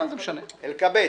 אלקבץ,